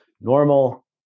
normal